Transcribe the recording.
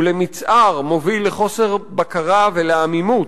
ולמצער, מוביל לחוסר בקרה ולעמימות,